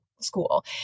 school